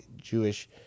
Jewish